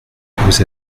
vous